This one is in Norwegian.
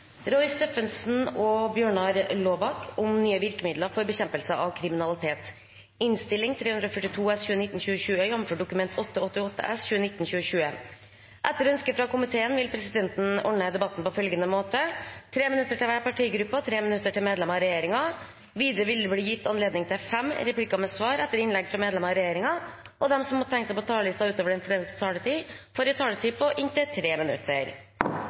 i USA og statens eieroppfølging sendes til komitébehandling. Presidenten vil komme tilbake til det under Referat. – Det anses vedtatt. Etter ønske fra næringskomiteen vil presidenten ordne debatten slik: 5 minutter til hver partigruppe og 5 minutter til medlemmer av regjeringen. Videre vil det bli gitt anledning til seks replikker med svar etter innlegg fra medlemmer av regjeringen, og de som måtte tegne seg på talerlisten utover den fordelte taletid, får en taletid på inntil 3 minutter.